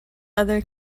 other